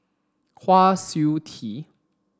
Kwa Siew Tee